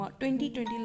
2020